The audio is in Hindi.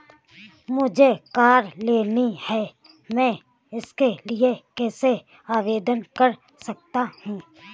मुझे कार लेनी है मैं इसके लिए कैसे आवेदन कर सकता हूँ?